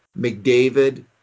McDavid